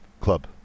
club